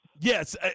Yes